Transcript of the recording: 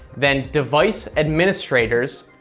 then device administrators,